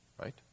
Right